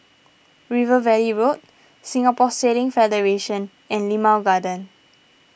River Valley Road Singapore Sailing Federation and Limau Garden